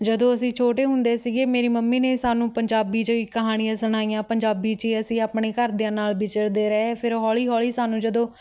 ਜਦੋਂ ਅਸੀਂ ਛੋਟੇ ਹੁੰਦੇ ਸੀਗੇ ਮੇਰੀ ਮੰਮੀ ਨੇ ਸਾਨੂੰ ਪੰਜਾਬੀ 'ਚ ਹੀ ਕਹਾਣੀਆਂ ਸੁਣਾਈਆਂ ਪੰਜਾਬੀ 'ਚ ਹੀ ਅਸੀਂ ਆਪਣੇ ਘਰਦਿਆਂ ਨਾਲ ਵਿਚਰਦੇ ਰਹੇ ਫਿਰ ਹੌਲੀ ਹੌਲੀ ਸਾਨੂੰ ਜਦੋਂ